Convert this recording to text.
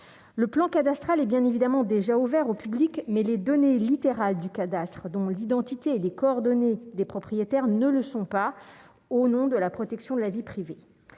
le plan cadastral et bien évidemment déjà ouvert au public mais les données littéral du cadastre, dont l'identité et les coordonnées des propriétaires ne le sont pas, au nom de la protection de la vie privée,